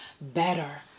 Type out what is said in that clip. better